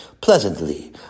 pleasantly